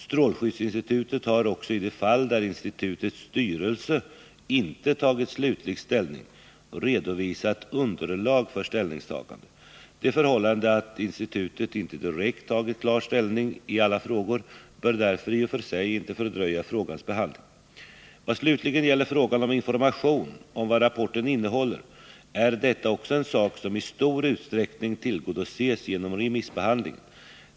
Strålskyddsinstitutet har också i de fall där institutets styrelse inte tagit slutlig ställning redovisat underlag för ställningstagande. Det förhållandet att institutet inte direkt tagit klar ställning i alla frågor bör därför i och för sig inte fördröja frågans behandling. Vad slutligen gäller frågan om information om vad rapporten innehåller vill jag säga att det också är en sak som i stor utsträckning tillgodoses genom remissbehandlingen.